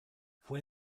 fue